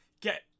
get